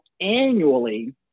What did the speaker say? annually